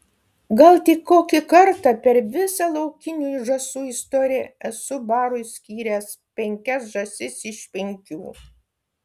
gal tik kokį kartą per visą laukinių žąsų istoriją esu barui skyręs penkias žąsis iš penkių